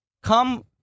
Come